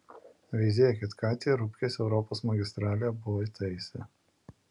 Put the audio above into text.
veizėkit ką tie rupkės europos magistralėje buvo įtaisę